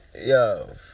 Yo